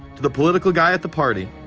to the political guy at the party,